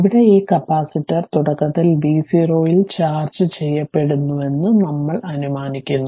ഇവിടെ ഈ കപ്പാസിറ്റർ തുടക്കത്തിൽ v0 ൽ ചാർജ് ചെയ്യപ്പെട്ടുവെന്ന് നമ്മൾ അനുമാനിക്കുന്നു